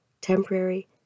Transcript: temporary